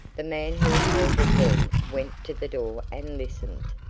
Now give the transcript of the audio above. the man who held it then went to the door and listened.